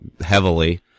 heavily